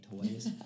toys